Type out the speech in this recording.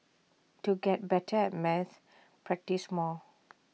to get better at maths practise more